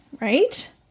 Right